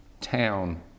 town